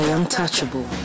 Untouchable